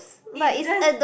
if that's